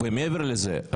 מעבר לזה,